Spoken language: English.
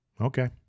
Okay